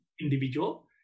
individual